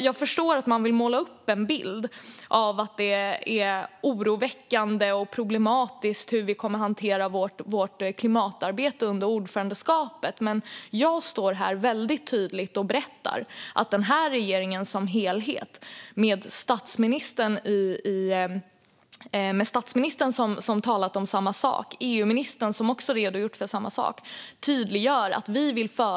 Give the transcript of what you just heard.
Jag förstår att man vill måla upp en bild av att det är oroväckande och problematiskt hur klimatarbetet kommer att hanteras under vårt ordförandeskap, men jag står här och berättar väldigt tydligt att regeringen som helhet vill föra Fit for 55-paketet i mål. Både statsministern och EU-ministern har redogjort för den saken.